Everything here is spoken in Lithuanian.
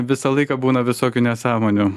visą laiką būna visokių nesąmonių